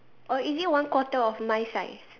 or is it one quarter of my size